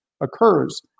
occurs